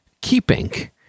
keeping